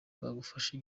bwagufasha